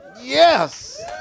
yes